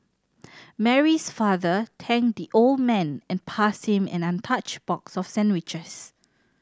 Mary's father ten the old man and passed him an untouched box of sandwiches